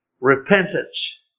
Repentance